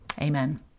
Amen